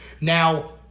Now